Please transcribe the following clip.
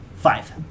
Five